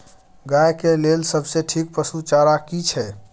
गाय के लेल सबसे ठीक पसु चारा की छै?